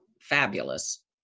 fabulous